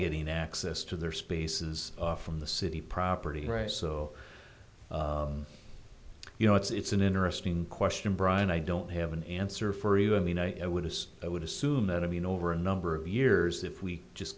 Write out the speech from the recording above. getting access to their spaces from the city property right so you know it's an interesting question brian i don't have an answer for you i mean i would have i would assume that i mean over a number of years if we just